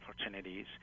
opportunities